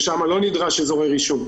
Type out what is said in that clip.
ששם לא נדרש אזורי רישום,